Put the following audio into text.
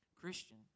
Christian